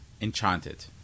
enchanted